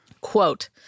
Quote